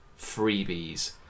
freebies